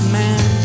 man